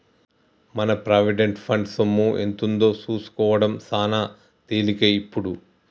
మన provident fund సొమ్ము ఎంతుందో సూసుకోడం సాన తేలికే ఇప్పుడు